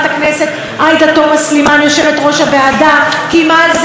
קיימה על זה אין-ספור דיונים: איזוק אלקטרוני